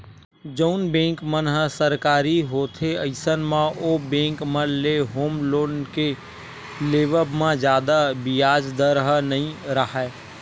जउन बेंक मन ह सरकारी होथे अइसन म ओ बेंक मन ले होम लोन के लेवब म जादा बियाज दर ह नइ राहय